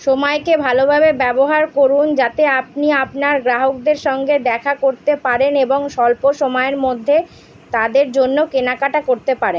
সমায়কে ভালোভাবে ব্যবহার করুন যাতে আপনি আপনার গ্রাহকদের সঙ্গে দেখা করতে পারেন এবং স্বল্প সমায়ের মধ্যে তাদের জন্য কেনাকাটা করতে পারেন